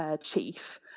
chief